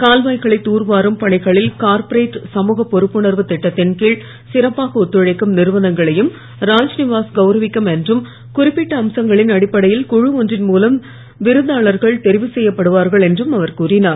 கால்வாய்களை தூர் வாரும் பணிகளில் கார்ப்பரேட் சமூக பொறுப்புணர்வுத் திட்டத்தின் கீழ் சிறப்பாக ஒத்துழைக்கும் நிறுவனங்களையும் ராத்நிவாஸ் கவுரவிக்கும் என்றும் குறிப்பிட்ட அம்சங்களின் அடிப்படையில் குழு ஒன்றின் மூலம் விருதாளர்கள் தெரிவு செய்யப்படுவார்கள் என்றும் அவர் கூறினார்